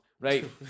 Right